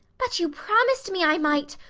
but you promised me i might!